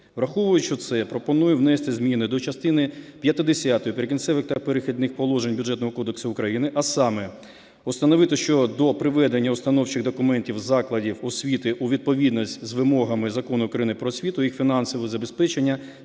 Враховуючи це, пропоную внести зміни до частини п'ятдесятої "Прикінцевих та перехідних положень" Бюджетного кодексу України, а саме установити, що до приведення установчих документів закладів освіти у відповідність з вимогами Закону України "Про освіту" їх фінансове забезпечення